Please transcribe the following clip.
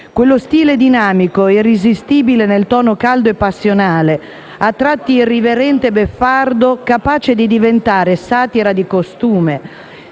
Quello stile dinamico, irresistibile nel tono caldo e passionale, a tratti irriverente e beffardo, capace di diventare satira di costume,